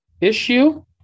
issue